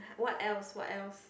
what else what else